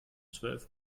zwölf